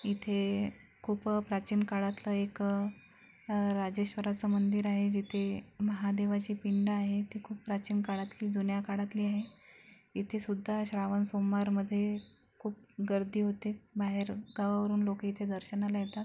इथे खूप प्राचीन काळातलं एक राजेश्वराचं मंदिर आहे जिथे महादेवाची पिंड आहे ती खूप प्राचीन काळातली जुन्या काळातली आहे इथेसुद्धा श्रावण सोमवारमध्ये खूप गर्दी होते बाहेरगावावरून लोक इथे दर्शनाला येतात